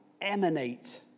emanate